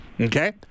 Okay